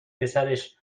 پسرش